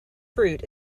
fruit